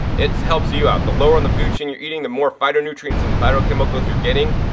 it helps you you out. the lower on the food chain you're eating, the more phytonutrients and phytochemicals you're getting,